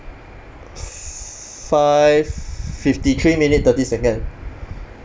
five fifty three minute thirty second